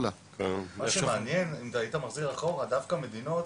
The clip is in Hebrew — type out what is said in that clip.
מה שמעניין, דווקא מדינות